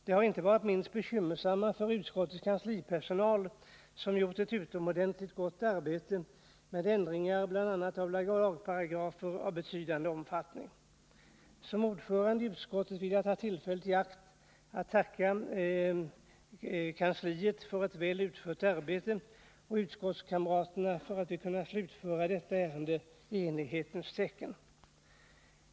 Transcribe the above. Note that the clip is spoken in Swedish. De har inte minst varit bekymmersamma för utskottets kanslipersonal, som gjort ett utomordentligt arbete med ändringar av bl.a. lagparagrafer av betydande omfattning. Som ordförande i utskottet vill jag ta tillfället i akt att tacka kansliet för ett väl utfört arbete och utskottskamraterna för att vi har kunnat slutföra detta stora arbete i enighetens tecken.